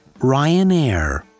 Ryanair